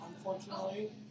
Unfortunately